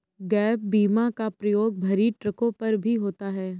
gap बीमा का प्रयोग भरी ट्रकों पर भी होता है